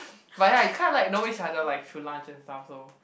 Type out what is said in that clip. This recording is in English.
but you kinda like know each other like through lunch and stuff so